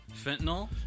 Fentanyl